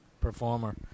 performer